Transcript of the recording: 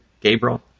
Gabriel